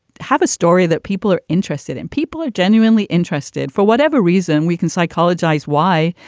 have a story that people are interested in. people are genuinely interested for whatever reason we can. psychology's why,